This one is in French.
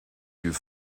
yeux